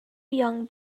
young